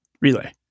Relay